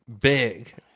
big